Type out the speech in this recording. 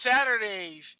Saturday's